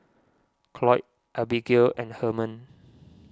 Cloyd Abigale and Herman